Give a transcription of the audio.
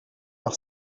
par